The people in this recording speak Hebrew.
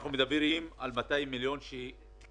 אנחנו מדברים על 200 מיליון שקל,